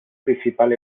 principal